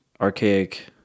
archaic